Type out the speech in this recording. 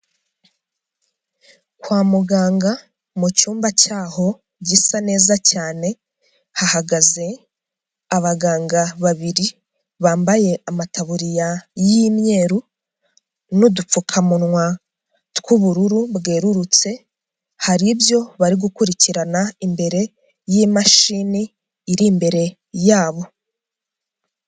Kwa muganga mu cyumba cyaho gisa neza cyane hahagaze abaganga babiri, bambaye amataburiya y'imyeru n'udupfukamunwa tw'ubururu bwererutse, hari ibyo bari gukurikirana imbere y'imashini iri imbere yabo.